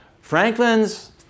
Franklin's